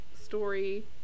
story